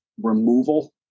removal